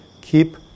keep